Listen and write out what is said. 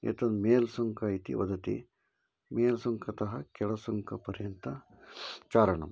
एतद् मेल्सुङ्ख इति वदति मेल्सुङ्कतः केळसुङ्कपर्यन्तं चारणं